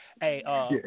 Hey